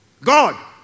God